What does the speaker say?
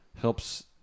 helps